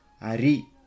Ari